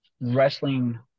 wrestling